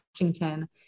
Washington